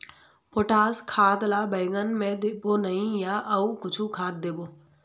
Potash खाद ला बैंगन मे देबो नई या अऊ कुछू खाद देबो?